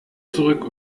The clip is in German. zurück